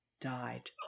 died